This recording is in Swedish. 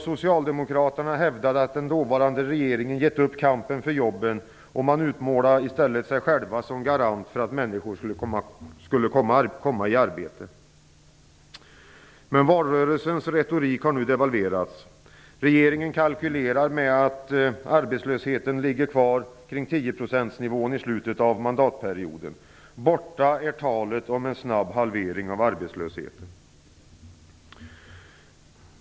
Socialdemokraterna hävdade att den dåvarande regeringen hade gett upp kampen för jobben. I stället utmålade man sig själva som garant för att människor skulle komma i arbete. Men valrörelsens retorik har nu devalverats. Regeringen kalkylerar med att arbetslösheten kommer att ligga kvar kring tioprocentsnivån i slutet av mandatperioden. Borta är talet om en snabb halvering av arbetslösheten.